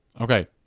Okay